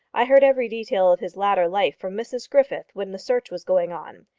i heard every detail of his latter life from mrs griffith when the search was going on.